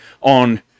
on